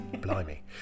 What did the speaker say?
Blimey